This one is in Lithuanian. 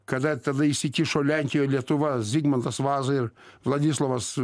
kada tada įsikišo lenkija lietuva zigmantas vaza ir vladislovas